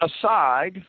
aside